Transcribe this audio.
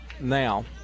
now